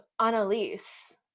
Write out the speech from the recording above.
Annalise